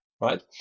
right